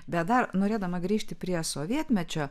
bet dar norėdama grįžti prie sovietmečio